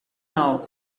now